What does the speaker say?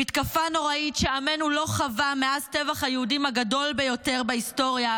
מתקפה נוראית שעמנו לא חווה מאז טבח היהודים הגדול ביותר בהיסטוריה,